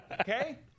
okay